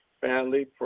family